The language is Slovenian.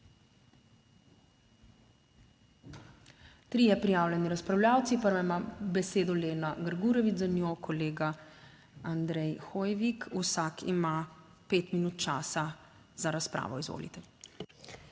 Trije prijavljeni razpravljavci. Prva ima besedo Lena Grgurevič, za njo kolega Andrej Hoivik. Vsak ima 5 minut časa za razpravo. Izvolite.